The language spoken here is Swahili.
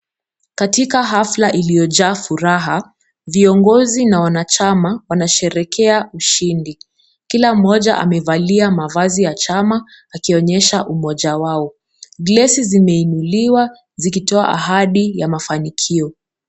Katika hafla iliyojaa furaha viongozi na wanachama wanasherehekea ushindi, kila mmoja amevalia mavazi ya chama akionyesha umoja wao. Glesi zimeinuliwa zikitoa ahadi ya mafanikio.